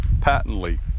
patently